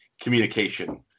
communication